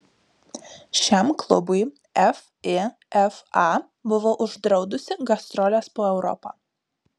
šiam klubui fifa buvo uždraudusi gastroles po europą